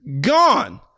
Gone